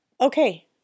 Okay